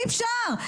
אי אפשר.